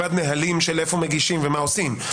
מלבד נהלים של איפה מגישים ומה עושים.